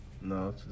No